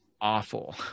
awful